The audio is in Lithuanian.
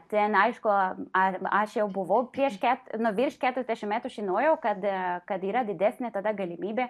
ten aišku ar aš jau buvau prieš ket nu virš keturiasdešimt metų žinojau kad kad yra didesnė tada galimybė